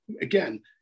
again